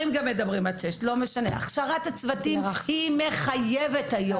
הכשרת הצוותים היא מחייבת היום,